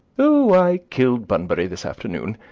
oh! i killed bunbury this afternoon.